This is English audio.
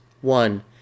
one